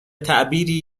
تعبیری